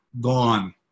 gone